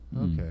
okay